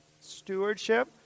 stewardship